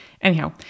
Anyhow